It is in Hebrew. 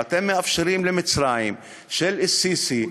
ואתם מאפשרים למצרים של א-סיסי,